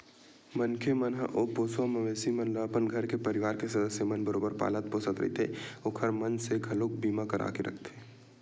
मनखे मन ह ओ पोसवा मवेशी मन ल अपन घर के परवार के सदस्य मन बरोबर पालत पोसत रहिथे ओखर मन के घलोक बीमा करा के रखथे